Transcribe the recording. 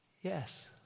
Yes